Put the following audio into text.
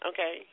Okay